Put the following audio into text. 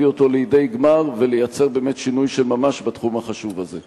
אותו לידי גמר ולייצר באמת שינוי של ממש בתחום החשוב הזה.